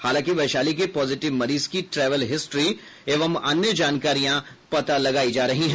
हालांकि वैशाली के पॉजिटिव मरीज की ट्रैवल हिस्टी एवं अन्य जानकारियां पता लगाई जा रही है